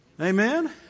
Amen